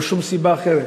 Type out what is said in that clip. לא שום סיבה אחרת.